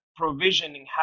provisioning